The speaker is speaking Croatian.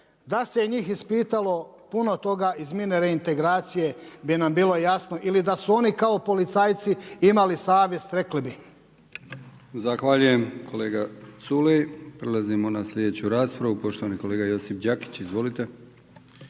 Da se njih ispitalo puno toga iz mirne reintegracije bi nam bilo jasno ili da su oni kao policajci imali savjest rekli bi. **Brkić, Milijan (HDZ)** Zahvaljujem kolega Culej. Prelazimo na slijedeću raspravu. Poštovani kolega Josiš Đakić. Izvolite.